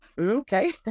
Okay